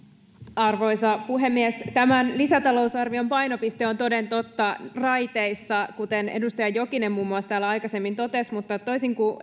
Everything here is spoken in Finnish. arvoisa puhemies tämän lisätalousarvion painopiste on toden totta raiteissa kuten edustaja jokinen muun muassa täällä aikaisemmin totesi mutta toisin kuin